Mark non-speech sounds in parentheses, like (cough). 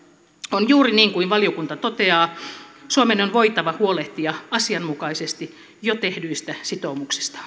on juuri niin kuin valiokunta toteaa suomen on voitava huolehtia asianmukaisesti jo tehdyistä sitoumuksistaan (unintelligible)